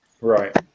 Right